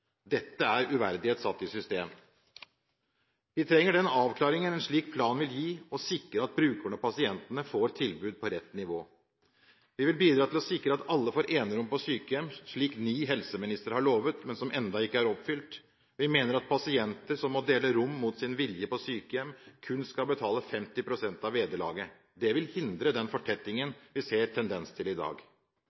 Dette er uverdighet satt i system. Vi trenger den avklaring en slik plan vil gi, og sikre at brukere og pasienter får tilbud på rett nivå. Vi vil bidra til å sikre at alle får enerom på sykehjem, slik ni helseministre har lovet, men som ennå ikke er oppfylt. Vi mener at pasienter som må dele rom mot sin vilje på sykehjem, kun skal betale 50 pst. av vederlaget. Det vil hindre den fortettingen vi ser en tendens til i dag.